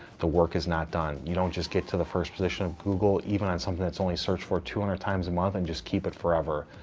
the work is not done. you don't just get to the first position of google, even on something that's only searched for two hundred times a month and just keep it forever,